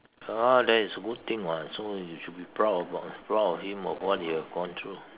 ah that is good thing [what] so you should be proud about proud of him of what he had gone through